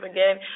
Again